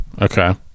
Okay